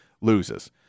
loses